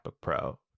pro